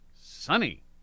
sunny